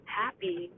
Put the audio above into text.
happy